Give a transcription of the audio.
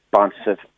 responsive